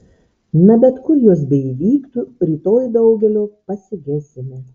na bet kur jos beįvyktų rytoj daugelio pasigesime